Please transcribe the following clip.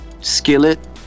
Skillet